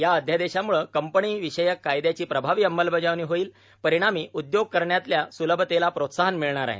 या अध्यादेशाम्ळे कंपनी विषयक कायद्याची प्रभावी अंमलबजावणी होईल परिणामी उद्योग करण्यातल्या सुलभतेला प्रोत्साहन मिळणार आहे